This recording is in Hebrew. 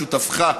שותפך,